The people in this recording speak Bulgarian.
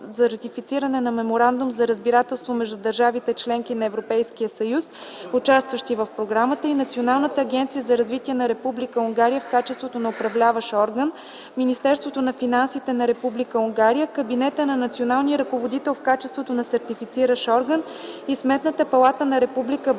за ратифициране на Меморандум за разбирателство между държавите -членки на Европейския съюз, участващи в Програмата, и Националната агенция за развитие на Република Унгария в качеството на Управляващ орган, Министерството на финансите на Република Унгария – Кабинета на Националния ръководител в качеството на Сертифициращ орган, и Сметната палата на Република